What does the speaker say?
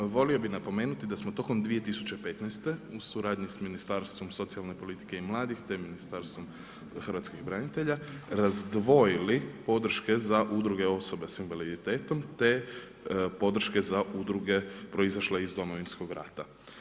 Volio bih napomenuti da smo tokom 2015. u suradnji sa Ministarstvom socijalne politike i mladih, te Ministarstvom hrvatskih branitelja, razdvojili podrške za udruge osoba s invaliditetom, te podrške za udruge proizašle iz Domovinskog rata.